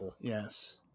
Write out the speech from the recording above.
yes